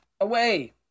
away